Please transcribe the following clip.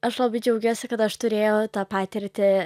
aš labai džiaugiuosi kad aš turėjau tą patirtį